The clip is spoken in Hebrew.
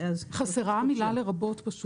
חסרה המילה "לרבות".